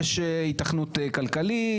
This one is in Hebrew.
יש היתכנות כלכלית,